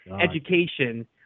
education